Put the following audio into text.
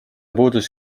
puudus